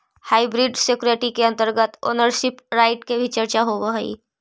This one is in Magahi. हाइब्रिड सिक्योरिटी के अंतर्गत ओनरशिप राइट के भी चर्चा होवऽ हइ